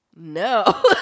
No